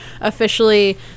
officially